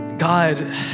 God